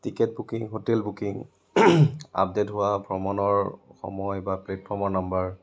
ticket booking hotel booking update হোৱা ভ্ৰমণৰ সময় বা প্লেটফৰ্মৰ নাম্বাৰ